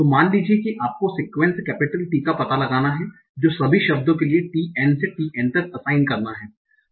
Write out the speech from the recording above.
तो मान लीजिए कि आपको सिक्यूएन्स कैपिटल T का पता लगाना है जो सभी शब्दों के लिए t1 से tn तक असाइन करना है